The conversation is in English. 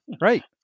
Right